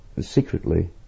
secretly